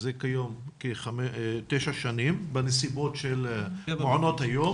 שכיום הוא תשע שנים בנסיבות של מעונות היום.